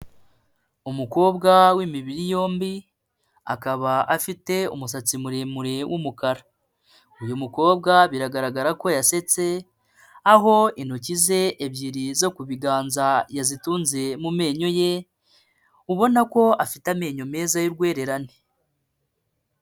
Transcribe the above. Umukobwa w'imibiri yombi, akaba afite umusatsi muremure w'umukara. Uyu mukobwa biragaragara ko yasetse, aho intoki ze ebyiri zo ku biganza yazitunze mu menyo ye, ubona ko afite amenyo meza y'urwererane.